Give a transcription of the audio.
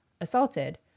assaulted